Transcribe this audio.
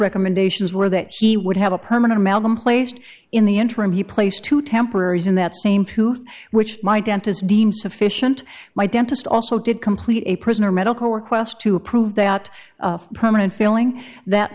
recommendations were that he would have a permanent amalgam placed in the interim he placed two temporaries in that same huth which my dentist deemed sufficient my dentist also did complete a prisoner medical request to approve that permanent failing that